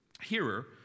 hearer